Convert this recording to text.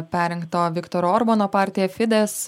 perrinkto viktoro orbano partija fides